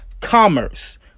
commerce